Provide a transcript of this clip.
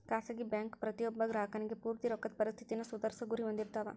ಖಾಸಗಿ ಬ್ಯಾಂಕ್ ಪ್ರತಿಯೊಬ್ಬ ಗ್ರಾಹಕನಿಗಿ ಪೂರ್ತಿ ರೊಕ್ಕದ್ ಪರಿಸ್ಥಿತಿನ ಸುಧಾರ್ಸೊ ಗುರಿ ಹೊಂದಿರ್ತಾವ